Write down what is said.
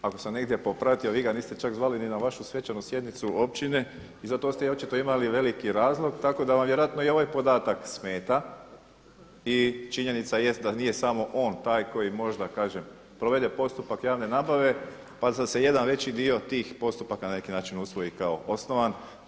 Ako sam negdje popratio vi ga niste čak zvali ni na vašu svečanu sjednicu općine i zato ste očito imali veliki razlog tako da vam vjerojatno i ovaj podatak smeta i činjenica jest da nije samo on taj koji možda provede postupak javne nabave pa … jedan veći dio tih postupaka na neki način usvoji kao osnovan.